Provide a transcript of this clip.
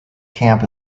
camp